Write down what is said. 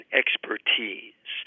expertise